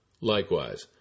Likewise